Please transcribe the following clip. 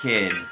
Kid